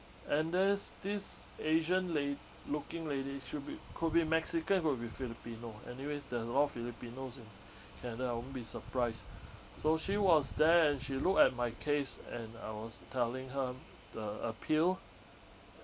and there's this asian la~ looking lady should be could be mexican could be filipino anyways there's a lot of filipinos in canada I won't be surprised so she was there and she looked at my case and I was telling her the appeal